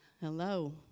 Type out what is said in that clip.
Hello